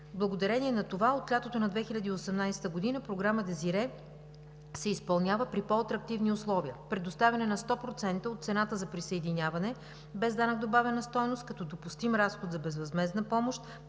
Благодарение на това от лятото на 2018 г. Програма DESIREE Gas се изпълнява при по-атрактивни условия, предоставяне на 100% от цената за присъединяване без данък добавена стойност, като допустим разход за безвъзмездна помощ,